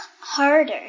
harder